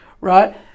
Right